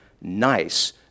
nice